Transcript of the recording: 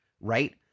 right